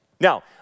Now